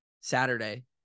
Saturday